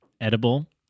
edible